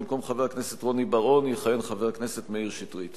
במקום חבר הכנסת רוני בר-און יכהן חבר הכנסת מאיר שטרית.